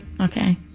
Okay